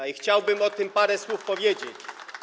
I chciałbym o tym parę słów powiedzieć.